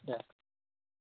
दे